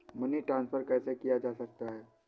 Money transfer कैसे किया जा सकता है?